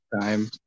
time